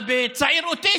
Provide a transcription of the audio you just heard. בצעיר אוטיסט,